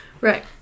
Right